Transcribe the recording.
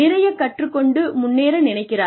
நிறைய கற்றுக் கொண்டு முன்னேற நினைக்கிறார்கள்